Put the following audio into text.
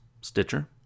Stitcher